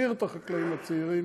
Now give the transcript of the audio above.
להחזיר את החקלאים הצעירים,